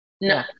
No